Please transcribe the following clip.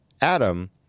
Adam